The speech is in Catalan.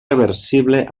reversible